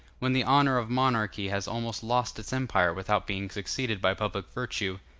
when the honor of monarchy has almost lost its empire without being succeeded by public virtue,